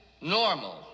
Normal